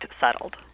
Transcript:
settled